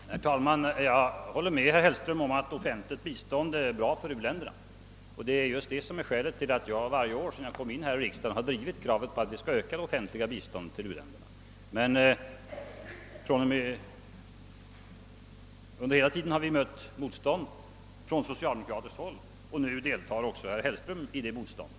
Herr talman! Jag håller med herr Hellström om att offentligt bistånd är bra för u-länderna. Detta är skälet till att jag varje år sedan jag kom in i riksdagen drivit kravet på att vi skall öka detta. Vi har emellertid under hela tiden mött motstånd från socialdemokra tiskt håll, och nu deltar även herr Hellström i detta motstånd.